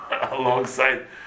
alongside